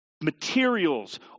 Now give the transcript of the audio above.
materials